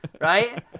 right